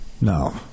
No